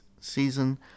season